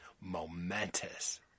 momentous